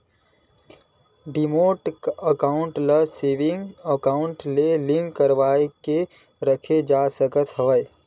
demat account ल saving account ले link करवाके रखे जा सकत हवय